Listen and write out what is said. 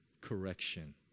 correction